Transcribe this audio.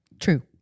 True